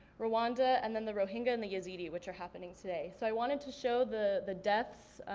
rwanda and then the rohingya and the yazidi, which are happening today. so i wanted to show the the deaths,